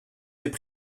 faits